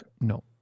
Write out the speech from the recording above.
No